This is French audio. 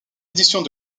éditions